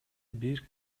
бир